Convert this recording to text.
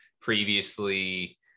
previously